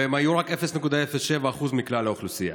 והם היו רק 0.07% מכלל האוכלוסייה.